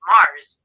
Mars